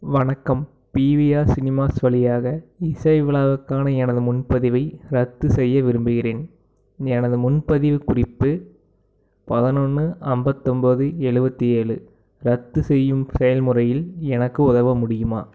வணக்கம் பிவிஆர் சினிமாஸ் வழியாக இசை விழாவுக்கான எனது முன்பதிவை ரத்துசெய்ய விரும்புகிறேன் எனது முன்பதிவு குறிப்பு பதினொன்னு ஐம்பத்தொம்போது எழுவத்தி ஏழு ரத்துசெய்யும் செயல் முறையில் எனக்கு உதவ முடியுமா